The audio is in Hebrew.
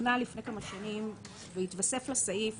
תוקנה לפני כמה שנים והתווסף לה סעיף